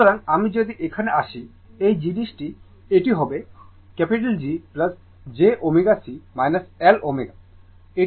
সুতরাং আমি যদি এখানে আসি এই জিনিসটি এটি হবে G j ω C L ω এটি আমার B C B L